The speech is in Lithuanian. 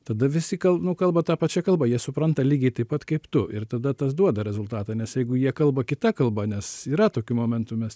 tada visi kal nu kalba ta pačia kalba jie supranta lygiai taip pat kaip tu ir tada tas duoda rezultatą nes jeigu jie kalba kita kalba nes yra tokių momentų mes